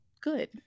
good